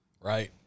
Right